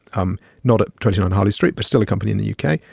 um not a treasure on holly street, but still a company in the u k.